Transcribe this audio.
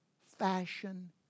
fashion